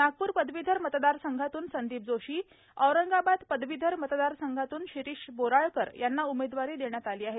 नागप्र पदवीधर मतदारसंघातून संदीप जोशी औरंगाबाद पदवीधर मतदारसंघातून शिरीष बोराळकर यांना उमेदवारी देण्यात आली आहे